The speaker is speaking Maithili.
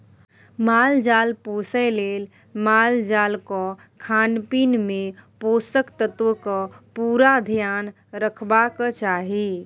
माल जाल पोसय लेल मालजालक खानपीन मे पोषक तत्वक पुरा धेआन रखबाक चाही